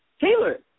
Taylor